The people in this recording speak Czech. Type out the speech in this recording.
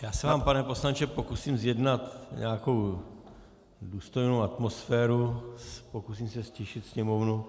Já se vám, pane poslanče, pokusím zjednat nějakou důstojnou atmosféru, pokusím se ztišit sněmovnu.